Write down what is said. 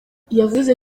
yavuze